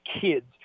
kids